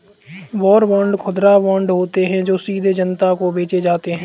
war bond खुदरा bond होते हैं जो सीधे जनता को बेचे जाते हैं